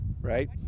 right